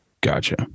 Gotcha